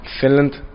Finland